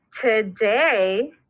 today